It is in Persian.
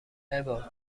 ابا